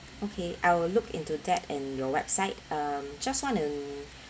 okay I will look into that and your website um just want to